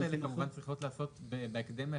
כל הבדיקות האלה כמובן צריכות להיעשות בהקדם האפשרי.